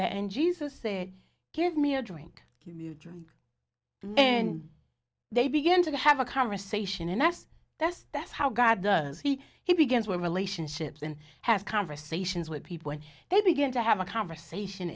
that and jesus say give me a drink you drink and they begin to have a conversation and that's that's that's how god does he he begins with relationships and has conversations with people and they begin to have a conversation